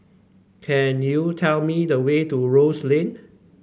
can you tell me the way to Rose Lane